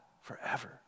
forever